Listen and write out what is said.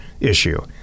issue